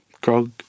grog